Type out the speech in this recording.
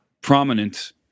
prominent